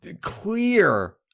clear